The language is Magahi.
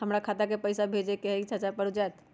हमरा खाता के पईसा भेजेए के हई चाचा पर ऊ जाएत?